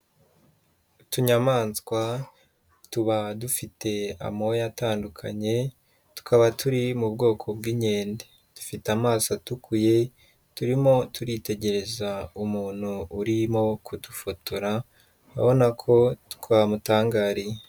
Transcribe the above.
Utunyamaswa tuba dufite amoyo atandukanye, tukaba turi mu bwoko bw'inkende. Dufite amaso atukuye, turimo turitegereza umuntu urimo kudufotora, urabona ko twamutangariye.